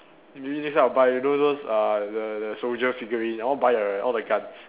maybe next time I buy those those uh the the soldier figurine I want to buy the all the guns